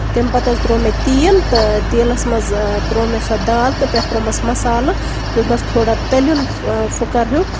تَمہِ پَتہٕ حظ تراو مےٚ تیٖل تہٕ تیٖلَس منٛز تراو مےٚ سۄ دال تہٕ پٮ۪ٹھٕ تراومَس مَسالہٕ دیُت مَس تھوڑا تٔلیُن پھٕکَر ہیٚو